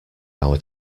our